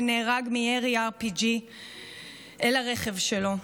ונהרג מירי RPG אל הרכב שלו.